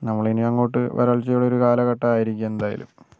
നമ്മളിനി അങ്ങോട്ട് വരൾച്ചയുടെ ഒരു കാലഘട്ടമായിരിക്കും എന്തായാലും